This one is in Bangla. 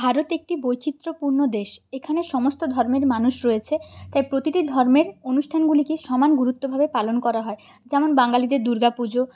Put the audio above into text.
ভারত একটি বৈচিত্র্যপূর্ণ দেশ এখানে সমস্ত ধর্মের মানুষ রয়েছে তাই প্রতিটি ধর্মের অনুষ্ঠানগুলিকে সমান গুরুত্বভাবে পালন করা হয় যেমন বাঙালিদের দুর্গাপুজো